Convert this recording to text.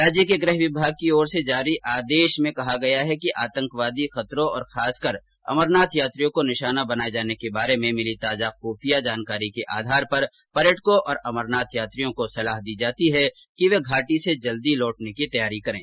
राज्य के गृह विभाग की ओर से जारी आदेश में कहा गया है कि आतंकवादी खतरों और खासकर अमरनाथ यात्रियों को निशाना बनाये जाने के बारे में मिली ताजा खुफिया जानकारी के आधार पर पर्यटकों और अमरनाथ यात्रियों को सलाह दी जाती है कि वे घाटी से जल्दी लौटने की तैयारी करें